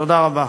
תודה רבה.